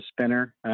spinner